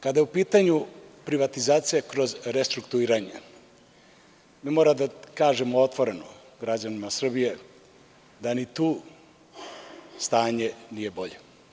Kada je u pitanju privatizacija kroz restrukturiranje, mi moramo da kažemo otvoreno građanima Srbije da ni tu stanje nije bolje.